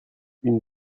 une